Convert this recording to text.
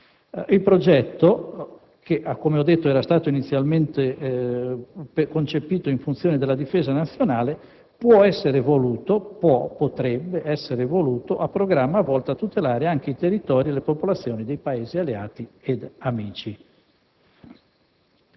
Ilprogetto che, come ho detto, era stato inizialmente concepito in funzione della difesa nazionale, potrebbe essere evoluto a programma volto a tutelare anche i territori e le popolazioni dei Paesi alleati ed amici.